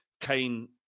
Kane